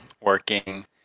working